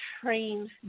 trained